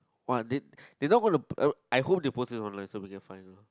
!wah! they they not gonna I I hope they post it online so we can find it